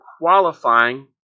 qualifying